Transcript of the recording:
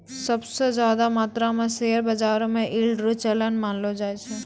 सब स ज्यादा मात्रो म शेयर बाजारो म यील्ड रो चलन मानलो जाय छै